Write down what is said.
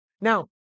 Now